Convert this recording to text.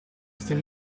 stile